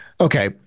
okay